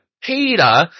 Peter